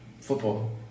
Football